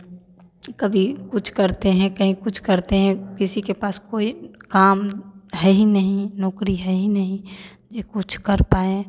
कभी कुछ करते हैं कहीं कुछ करते हैं किसी के पास कोई काम है ही नहीं नौकरी है ही नहीं जो कुछ कर पाएँ